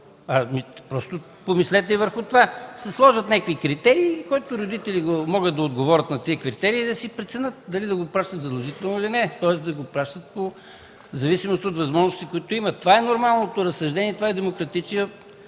право? Помислете и върху това! Ще се сложат някои критерии и които родители могат да отговорят на тях, да преценят дали да го пращат задължително или не. Тоест да го пращат в зависимост от възможностите, които имат. Това е нормалното разсъждение, това е демократичния